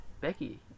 Becky